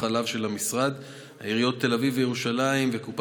חלב של משרד הבריאות ושל העיריות ירושלים ותל אביב,